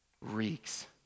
Reeks